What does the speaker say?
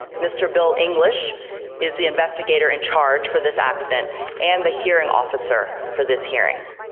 mr. bill english is the investigator in charge for this accident and the hearing officer for this hearing.